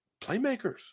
playmakers